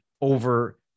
over